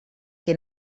que